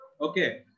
Okay